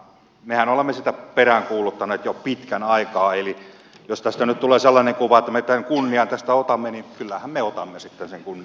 mehän olemme sitä peräänkuuluttaneet jo pitkän aikaa eli jos tästä nyt tulee sellainen kuva että me tämän kunnian tästä otamme niin kyllähän me otamme sitten sen kunnian eihän siinä mitään